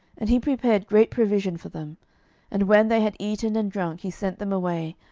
and he prepared great provision for them and when they had eaten and drunk, he sent them away,